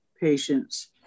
patients